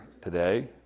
today